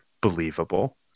believable